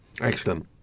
excellent